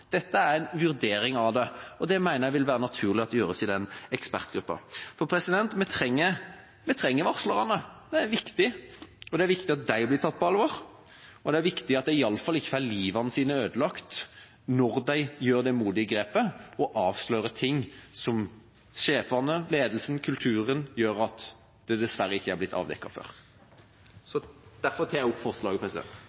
dette er en vurdering av det, og det mener jeg vil være naturlig at gjøres i den ekspertgruppa. Vi trenger varslerne. Det er viktig. Det er viktig at de blir tatt på alvor, og det er viktig at de iallfall ikke får livet sitt ødelagt når de tar det modige grepet og avslører ting der sjefene, ledelsen, kulturen gjør at det dessverre ikke er blitt avdekket før.